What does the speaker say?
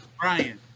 Brian